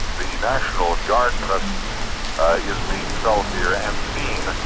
the national guard presence is being felt here and seen.